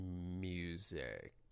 music